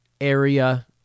area